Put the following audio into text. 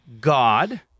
God